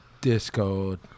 Discord